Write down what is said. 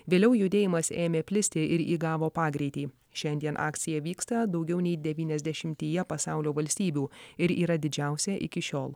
vėliau judėjimas ėmė plisti ir įgavo pagreitį šiandien akcija vyksta daugiau nei devyniasdešimyje pasaulio valstybių ir yra didžiausia iki šiol